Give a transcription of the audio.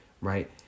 right